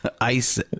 Ice